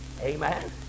Amen